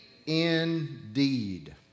Indeed